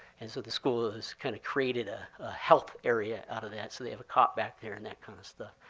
and so the school has kind of created a health area out of that, so they have a cot back there and that kind of stuff.